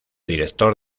director